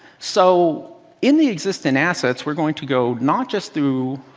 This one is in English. so in the existing assets we're going to go, not just through,